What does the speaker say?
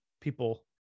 people